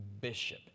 bishop